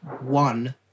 one